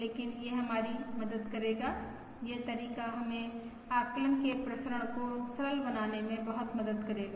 लेकिन यह हमारी मदद करेगा यह तरीका हमें आकलन के प्रसरण को सरल बनाने में बहुत मदद करेगा